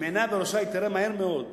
אם עיניה בראשה, היא תראה מהר מאוד שהנייר,